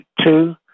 two